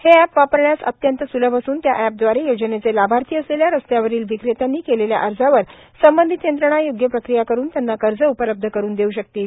हे अप्र वापरण्यास अत्यंत सुलभ असून त्या अप्रद्वारे योजनेचे लाभार्थी असलेल्या रस्त्यावरील विक्रेत्यांनी केलेल्या अर्जावर संबंधित यंत्रणा योग्य प्रक्रिया करून त्यांना कर्ज उपलब्ध करून देऊ शकतील